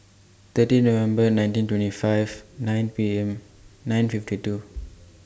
thirty November nineteen twenty five nine P M nine fifty two